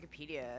Wikipedia